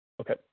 Okay